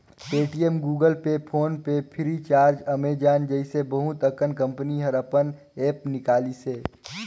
Paytm, Google Pay, PhonePe Freecharge, Amazon जइसे बहुत अकन कंपनी हर अपन ऐप्स निकालिसे